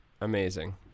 amazing